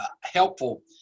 helpful